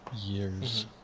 years